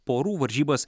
porų varžybas